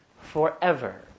Forever